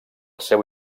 seu